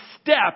step